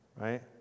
right